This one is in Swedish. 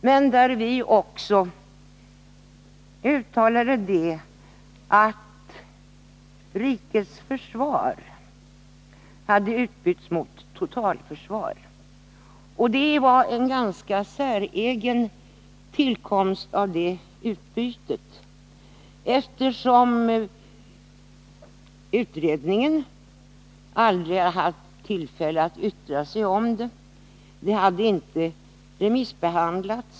Vidare uttalade vi att ”rikets försvar” hade utbytts mot ”totalförsvaret”. Tillkomsten av detta utbyte var något ganska säreget, eftersom utredningen aldrig haft tillfälle att yttra sig i frågan. Förslaget hade inte remissbehandlats.